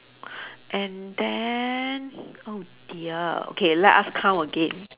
and then oh dear okay let us count again